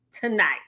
tonight